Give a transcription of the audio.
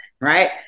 right